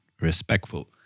respectful